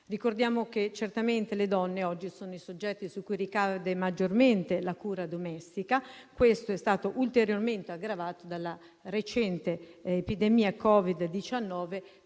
Ricordiamo che certamente le donne oggi sono i soggetti su cui ricade maggiormente la cura domestica. Questa situazione si è ulteriormente aggravata a seguito della recente epidemia da Covid-19,